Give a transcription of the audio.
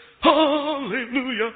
Hallelujah